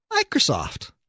Microsoft